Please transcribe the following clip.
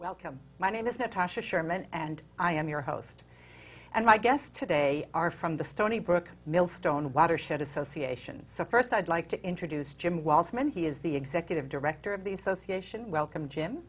welcome my name is matt tasha sherman and i am your host and my guests today are from the stony brook millstone watershed association so first i'd like to introduce jim wells men he is the executive director of the association welcome jim